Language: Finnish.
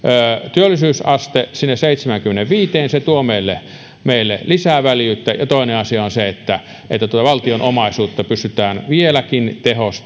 työllisyysaste sinne seitsemäänkymmeneenviiteen se tuo meille meille lisää väljyyttä ja toinen asia on se että valtion omaisuutta pystytään vieläkin